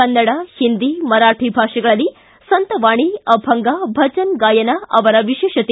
ಕನ್ನಡ ಹಿಂದಿ ಮರಾಠಿ ಭಾಷೆಗಳಲ್ಲಿ ಸಂತವಾಣಿ ಅಭಂಗ ಭಜನ್ ಗಾಯನ ಅವರ ವಿಶೇಷತೆ